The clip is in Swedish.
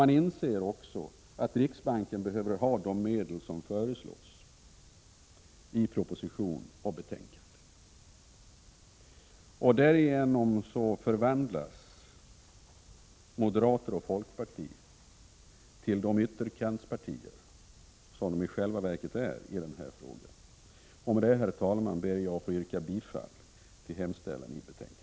Man inser att riksbanken behöver ha de medel som föreslås i proposition och betänkande. Därigenom framstår moderaterna och folkpartiet som de ytterkantspartier de i själva verket är i den här frågan. Med det sagda, herr talman, ber jag att få yrka bifall till utskottets hemställan i betänkandet.